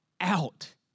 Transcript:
out